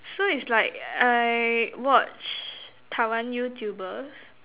so it's like I watch Taiwan Youtubers